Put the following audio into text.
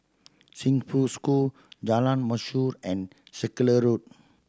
Chongfu School Jalan Mashor and Circular Road